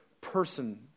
person